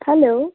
hello